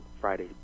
Friday